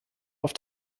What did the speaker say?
auf